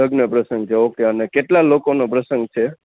લગ્ન પ્રસંગ છે ઓકે અને કેટલા લોકોનો પ્રસંગ છે